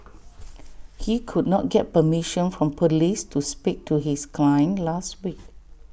he could not get permission from Police to speak to his client last week